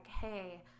hey